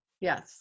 yes